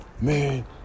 Man